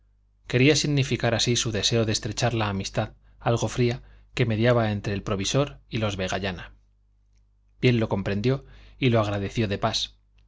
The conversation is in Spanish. quería significar así su deseo de estrechar la amistad algo fría que mediaba entre el provisor y los vegallana bien lo comprendió y lo agradeció de pas